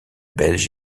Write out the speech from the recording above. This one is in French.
belges